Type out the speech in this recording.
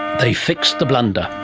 they fixed the blunder,